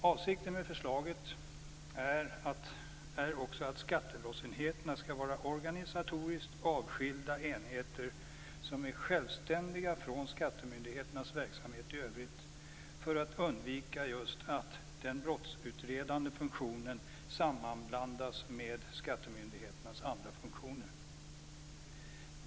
Avsikten med förslaget är också att skattebrottsenheterna skall vara organisatoriskt avskilda enheter som är självständiga från skattemyndigheternas verksamhet i övrigt just för att undvika att den brottsutredande funktionen sammanblandas med skattemyndigheternas andra funktioner.